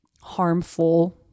harmful